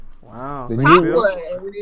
Wow